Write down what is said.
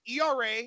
ERA